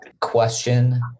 question